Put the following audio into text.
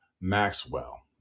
Maxwell